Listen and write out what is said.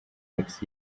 next